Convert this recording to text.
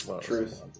truth